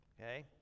okay